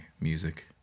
music